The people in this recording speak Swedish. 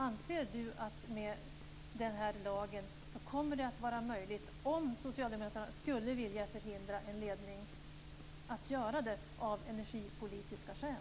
Anser Nils-Göran Holmqvist att det med den här lagen kommer att vara möjligt för Socialdemokraterna att förhindra en ledning om man skulle vilja göra det av energipolitiska skäl?